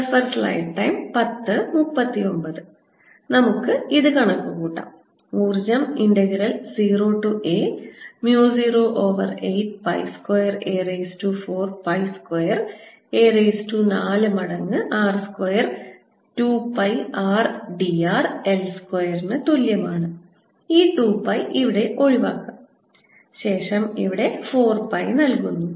2πrdr നമുക്ക് ഇത് കണക്കുകൂട്ടാം ഊർജ്ജം integral 0 to a mu 0 over 8 pi square a raise to 4 pi square a raise to 4 മടങ്ങ് r square 2 pi r d r I സ്ക്വയറിനു തുല്യമാണ് ഈ 2 പൈ ഇവിടെ ഒഴിവാക്കുന്നു ശേഷം ഇവിടെ 4 പൈ നൽകുന്നു